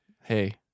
Hey